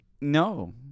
No